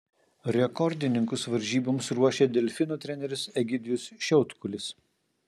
rekordininkus varžyboms ruošia delfino treneris egidijus šiautkulis